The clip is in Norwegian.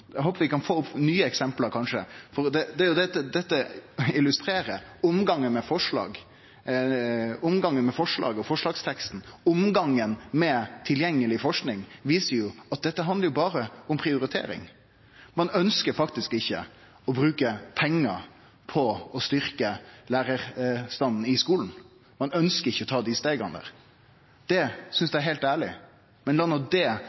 eg håpar vi kanskje kan få nye eksempel, for dette illustrerer omgangen med forslag og forslagsteksten. Omgangen med tilgjengeleg forsking viser at dette handlar berre om prioritering. Ein ønskjer faktisk ikkje å bruke pengar på å styrkje lærarstanden i skulen. Ein ønskjer ikkje å ta dei stega. Det synest eg er heilt ærleg, men la no det